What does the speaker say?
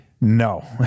No